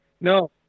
No